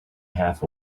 half